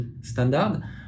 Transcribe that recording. standard